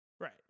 Right